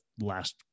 last